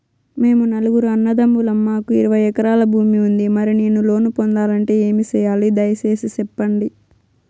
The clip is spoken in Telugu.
మేము నలుగురు అన్నదమ్ములం మాకు ఇరవై ఎకరాల భూమి ఉంది, మరి నేను లోను పొందాలంటే ఏమి సెయ్యాలి? దయసేసి సెప్పండి?